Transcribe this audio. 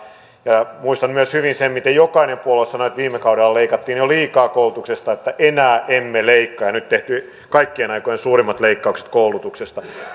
muistan hyvin myös sen miten jokainen puolue sanoi että viime kaudella leikattiin jo liikaa koulutuksesta että enää emme leikkaa ja nyt on tehty kaikkien aikojen suurimmat leikkaukset koulutuksesta